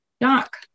Doc